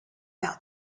out